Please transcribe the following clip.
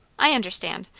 i understand.